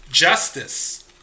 Justice